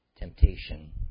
temptation